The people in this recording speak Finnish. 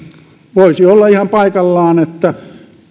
voisi olla ihan paikallaan että